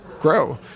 grow